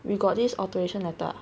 we got this authoration letter ah